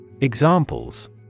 Examples